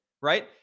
right